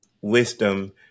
wisdom